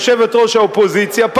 יושבת-ראש האופוזיציה,